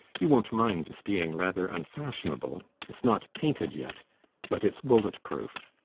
you won't mind its being rather unfashionable. it's not painted yet but it's bullet proof.